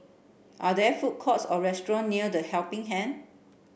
are there food courts or restaurant near The Helping Hand